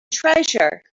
treasure